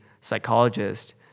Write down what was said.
psychologist